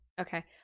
Okay